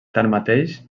tanmateix